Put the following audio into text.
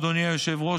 אדוני היושב-ראש,